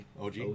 OG